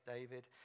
David